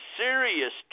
serious